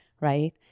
right